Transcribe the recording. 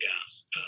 gas